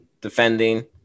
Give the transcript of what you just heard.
defending